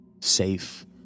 safe